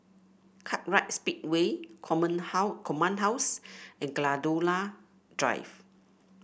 Kartright Speedway Common How Command House and Gladiola Drive